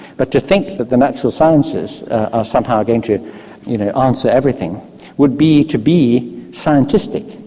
but to think that the natural sciences are somehow going to you know ah answer everything would be to be scientistic,